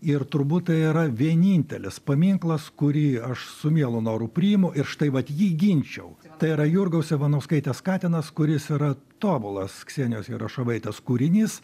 ir turbūt tai yra vienintelis paminklas kurį aš su mielu noru priimu ir štai vat jį ginčiau tai yra jurgos ivanauskaitės katinas kuris yra tobulas ksenijos jerošovaitės kūrinys